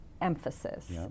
emphasis